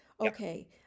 Okay